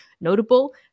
notable